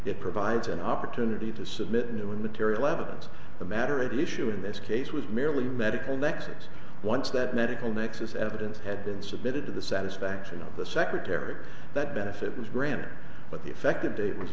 it provides an opportunity to submit a new and material evidence the matter at issue in this case it was merely medical directives once that medical nexus evidence had been submitted to the satisfaction of the secretary that benefit was granted but the effective date was